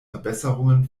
verbesserungen